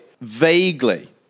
Vaguely